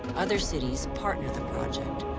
other cities partner the project.